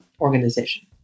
organization